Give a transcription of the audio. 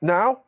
Now